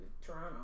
Toronto